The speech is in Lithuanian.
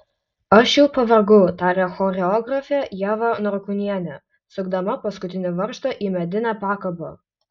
aš jau pavargau tarė choreografė ieva norkūnienė sukdama paskutinį varžtą į medinę pakabą